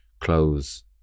close